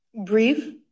brief